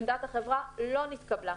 עמדת החברה לא נתקבלה.